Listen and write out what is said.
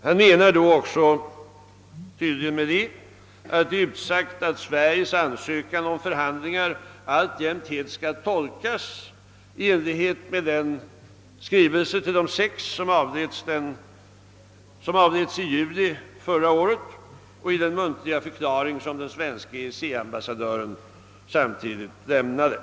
Han menar tydligen med det att det också är utsagt att Sveriges ansökning om förhandlingar alltjämt skall tolkas helt i enlighet med den skrivelse till De sex som avläts i juli förra året och den muntliga förklaring som den svenske EEC-ambassadören samtidigt lämnade.